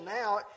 now